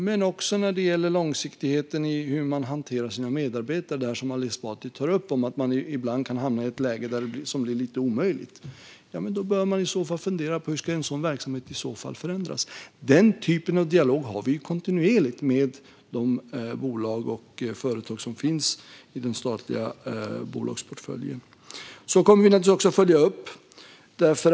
Men det gäller också långsiktigheten i hur man hanterar sina medarbetare. Det handlar om det som Ali Esbati tar upp om att man ibland kan hamna i ett läge som blir nästan omöjligt. Då bör man fundera på hur en sådan verksamhet i så fall ska förändras. Denna typ av dialog har vi kontinuerligt med de bolag och företag som finns i den statliga bolagsportföljen. Vi kommer naturligtvis att följa upp detta.